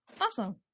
Awesome